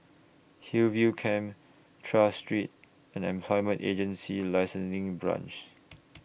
Hillview Camp Tras Street and Employment Agency Licensing Branch